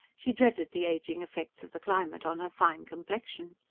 she dreaded the ageing effects of the climate on her fine complexion.